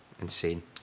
insane